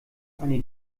eine